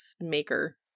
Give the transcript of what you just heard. maker